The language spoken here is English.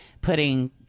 putting